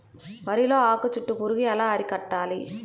వరిలో ఆకు చుట్టూ పురుగు ఎలా అరికట్టాలి?